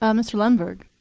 um mr. lundberg.